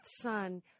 son